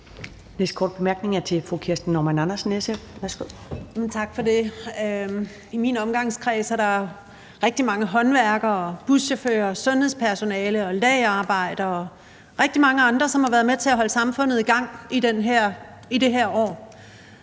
Næste korte bemærkning er fra fru Kirsten Normann Andersen, SF. Værsgo. Kl. 13:37 Kirsten Normann Andersen (SF): Tak for det. I min omgangskreds er der rigtig mange håndværkere, buschauffører, sundhedspersonale, lagerarbejdere og rigtig mange andre, som har været med til at holde samfundet i gang i det her år,